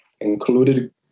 included